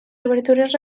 obertures